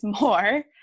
more